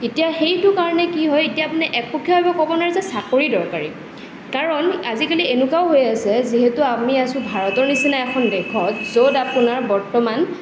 এতিয়া সেইটো কাৰণে কি হয় এতিয়া আপুনি একপক্ষীয়ভাৱে ক'ব নোৱাৰি যে চাকৰি দৰকাৰী কাৰণ আজিকালি এনেকুৱাও হৈ আছে যিহেতু আমি আছোঁ ভাৰতৰ নিচিনা এখন দেশত য'ত আপোনাৰ বৰ্তমান